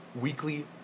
weekly